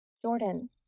Jordan